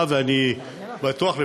אני בטוח,